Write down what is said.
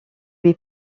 lui